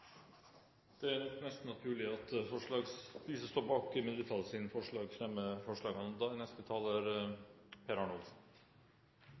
Det er nok mest naturlig at de som står bak mindretallets forslag, fremmer forslagene. Jeg skal da